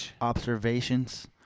observations